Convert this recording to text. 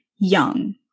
young